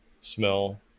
smell